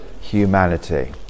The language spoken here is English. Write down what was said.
humanity